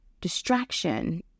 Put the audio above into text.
distraction